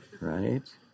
right